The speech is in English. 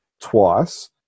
twice